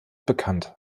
bekannt